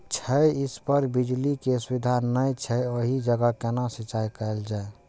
छै इस पर बिजली के सुविधा नहिं छै ओहि जगह केना सिंचाई कायल जाय?